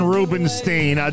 Rubenstein